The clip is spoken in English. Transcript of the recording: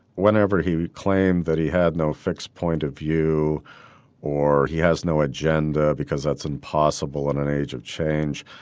whenever he claimed that he had no fixed point of view or he has no agenda because that's impossible in an age of change,